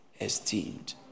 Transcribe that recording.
esteemed